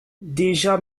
déjà